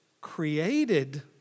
created